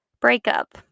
Breakup